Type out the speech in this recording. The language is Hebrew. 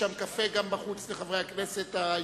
יש שם גם קפה בחוץ, לחברי הכנסת העייפים.